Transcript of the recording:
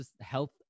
health